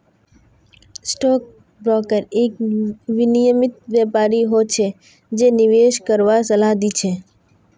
stock broker एक विनियमित व्यापारी हो छै जे निवेश करवार सलाह दी छै